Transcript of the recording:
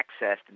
accessed